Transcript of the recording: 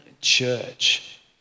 church